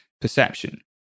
perception